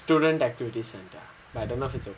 student activity centre but I don't know if it's open